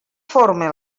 forme